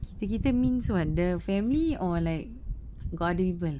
kita kita means what the family or like got other people